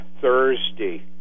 Thursday